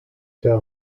der